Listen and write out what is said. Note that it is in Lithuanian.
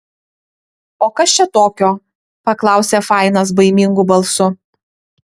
o kas čia tokio paklausė fainas baimingu balsu